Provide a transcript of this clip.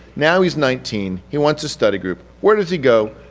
now he's nineteen, he wants a study group. where does he go?